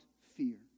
fear